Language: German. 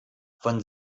von